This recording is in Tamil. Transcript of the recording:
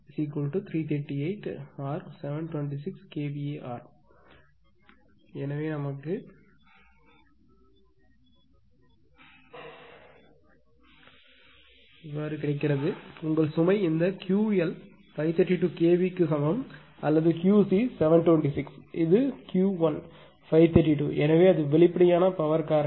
93 QC 338 or 726 kVAr உங்கள் சுமை இந்த Ql 532 kV க்கு சமம் அல்லது QC 726 இது Ql 532 எனவே அது வெளிப்படையான பவர் காரணி